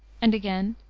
and again